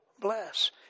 bless